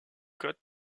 cote